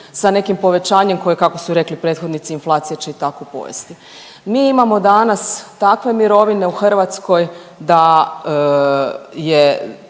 sa nekim povećanjem koje kako su rekli prethodnici inflacija će i tako pojesti. Mi imamo danas takve mirovine u Hrvatskoj da je